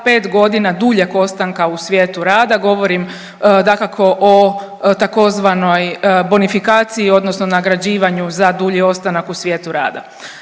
pet godina duljeg ostanka u svijetu rada, govorim dakako o tzv. bonifikaciji odnosno nagrađivanju za dulji ostanak u svijetu rada.